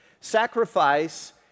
Sacrifice